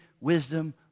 wisdom